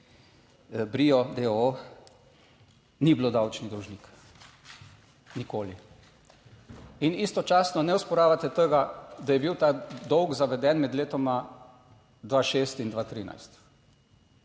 Brio d.o.o., ni bilo davčni dolžnik nikoli in istočasno ne osporavate tega, da je bil ta dolg zaveden med letoma 2006, šest in 2013.